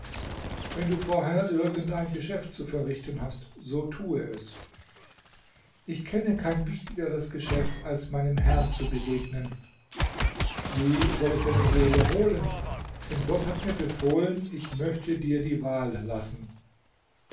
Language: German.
wenn du vorher irgend ein geschäft zu verrichten hast so tue es ich kenne kein wichtigeres geschäft als meinem herrn zu begegnen wie soll ich deine seele holen denn gott hat mir befohlen ich möchte dir die wahl lassen